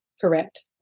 correct